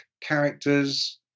characters